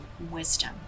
wisdom